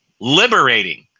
liberating